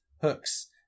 hooks